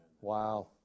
Wow